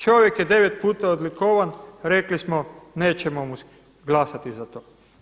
Čovjek je 9 puta odlikovan rekli smo nećemo mu glasati za to.